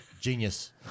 genius